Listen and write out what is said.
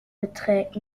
beträgt